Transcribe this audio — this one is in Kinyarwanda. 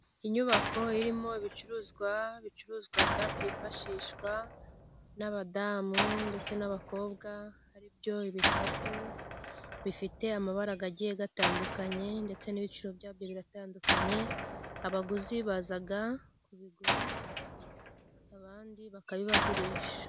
Inyubako irimo ibicuruzwa, bicuruzwa , byifashishwa n'abadamu ndetse n'abakobwa aribyo, ibikapu bifite amabara agiye atandukanye ndetse n'ibiciro byabyo biratandukanye. Abaguzi baza kubigura abandi bakabibagurisha.